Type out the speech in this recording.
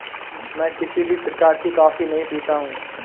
मैं किसी भी प्रकार की कॉफी नहीं पीता हूँ